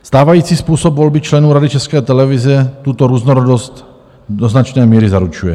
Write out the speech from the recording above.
Stávající způsob volby členů Rady České televize tuto různorodost do značné míry zaručuje.